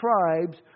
tribes